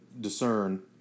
discern